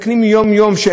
שאין להם מוסדות חינוך,